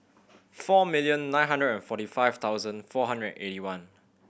four million nine hundred and forty five thousand four hundred and eighty one